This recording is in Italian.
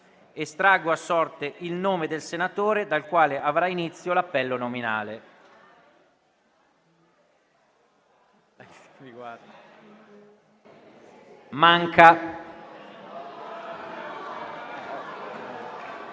Estraggo ora a sorte il nome del senatore dal quale avrà inizio l'appello nominale.